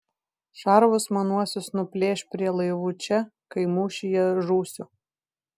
šarvus manuosius nuplėš prie laivų čia kai mūšyje žūsiu